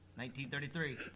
1933